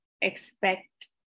expect